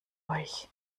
euch